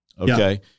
Okay